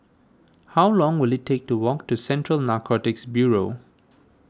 how long will it take to walk to Central Narcotics Bureau